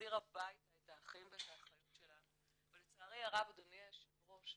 להחזיר הביתה את האחים ואת האחיות שלנו ולצערי הרב אדוני היושב ראש,